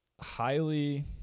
highly